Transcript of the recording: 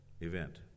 event